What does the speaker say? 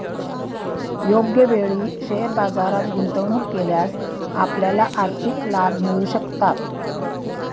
योग्य वेळी शेअर बाजारात गुंतवणूक केल्यास आपल्याला आर्थिक लाभ मिळू शकतात